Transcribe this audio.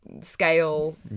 scale